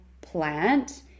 plant